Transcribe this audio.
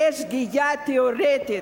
זה שגיאה תיאורטית,